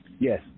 Yes